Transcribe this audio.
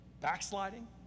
backsliding